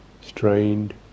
strained